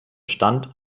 stand